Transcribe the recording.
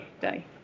day